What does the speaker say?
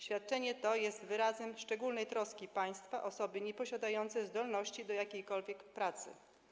Świadczenie to jest wyrazem szczególnej troski państwa o osoby nieposiadające zdolności do jakiejkolwiek pracy.